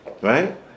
right